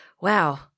Wow